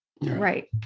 Right